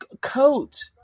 coat